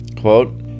Quote